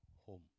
home